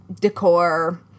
decor